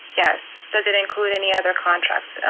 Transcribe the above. yes, does it include any other contracts?